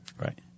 Right